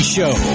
Show